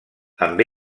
amb